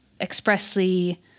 expressly